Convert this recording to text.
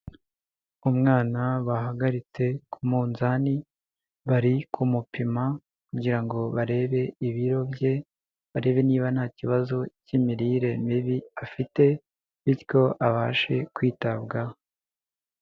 Umwana bahagaritse ku munzani, bari kumupima kugira ngo barebe ibiro bye, barebe niba nta kibazo cy'imirire mibi afite bityo abashe kwitabwaho.